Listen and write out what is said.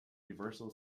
reversal